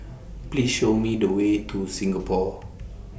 Please Show Me The Way to Singapore